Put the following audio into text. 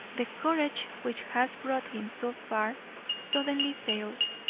the courage which has brought him so far suddenly fails,